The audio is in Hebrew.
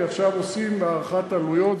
כי עכשיו עושים הערכת עלויות.